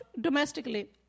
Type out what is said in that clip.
domestically